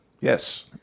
Yes